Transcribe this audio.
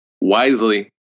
wisely